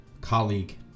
colleague